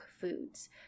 foods